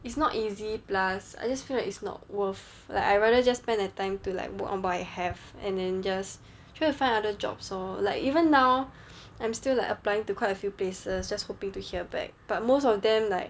it's not easy plus I just feel like it's not worth like I rather just spend the time to like work on what I have and then just try to find other jobs lor like even now I'm still like applying to quite a few places just hoping to hear back but most of them like